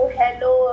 hello